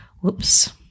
Whoops